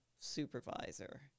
supervisor